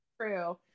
true